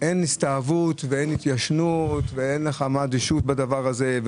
אין הסתאבות ואין התיישנות ואין אדישות בדבר הזה.